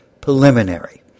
preliminary